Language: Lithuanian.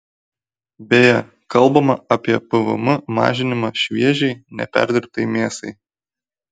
beje kalbama apie pvm mažinimą šviežiai neperdirbtai mėsai